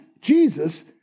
Jesus